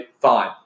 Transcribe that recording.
fine